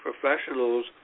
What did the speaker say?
professionals